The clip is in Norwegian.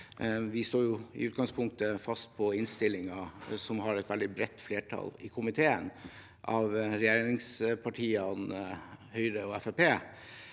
Vi står i utgangspunktet fast på innstillingen, som et veldig bredt flertall i komiteen, regjeringspartiene, Høyre og